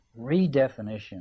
redefinition